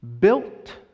built